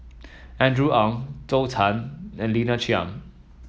Andrew Ang Zhou Can and Lina Chiam